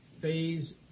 Phase